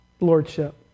lordship